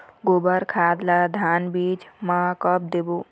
गोबर खाद ला धान बीज म कब देबो?